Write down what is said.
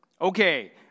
Okay